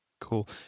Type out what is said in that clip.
Cool